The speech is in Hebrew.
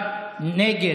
בעד, 41, נגד,